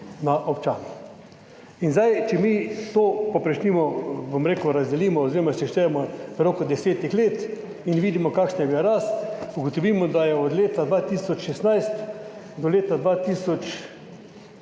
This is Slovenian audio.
na občana. In zdaj, če mi to povprečnino razdelimo oziroma seštejemo v roku desetih let in vidimo, kakšna je bila rast, ugotovimo, da je od leta 2016 do leta